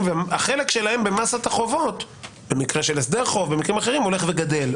והחלק שלהם במסת החובות במקרה של הסדר חוב ובמקרים אחרים הולך וגדל,